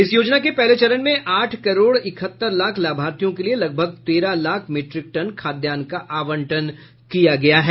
इस योजना के पहले चरण में आठ करोड़ इकहत्तर लाख लाभार्थियों के लिये लगभग तेरह लाख मीट्रिक टन खाद्यान्न का आवंटन किया गया है